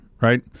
Right